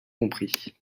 compris